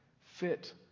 fit